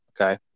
Okay